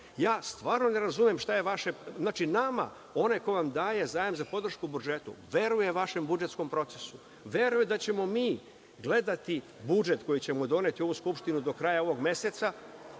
ne razumem šta je vaše…Znači, nama, onaj koji nam daje zajam za podršku budžetu, veruje vašem budžetskom procesu, veruje da ćemo mi gledati budžet koji ćemo doneti u ovu Skupštinu do kraja ovog meseca,